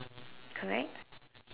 correct